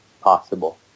possible